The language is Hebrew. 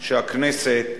שהכנסת,